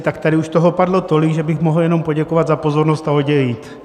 Tak tady už toho padlo tolik, že bych mohl jenom poděkovat za pozornost a odejít.